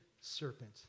serpent